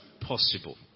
possible